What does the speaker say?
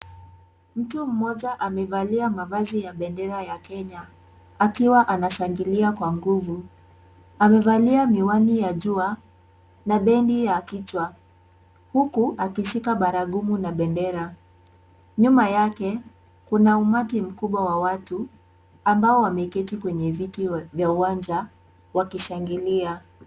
Mtu mmoja amevalia mavazi ya bendera ya Kenya, akiwa anashangilia kwa nguvu. Amevalia miwani ya jua na beni ya kichwa huku akishika baragumu na bendera. Nyuma yake kuna umati mkubwa wa watu ambao wameketi kwenye viti vya uwanja wakishangilia.